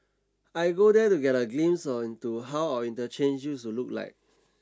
I go there to get a glimpse on into how our interchanges look like